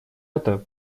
это